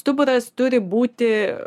stuburas turi būti